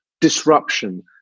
disruption